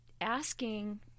asking